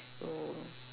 oh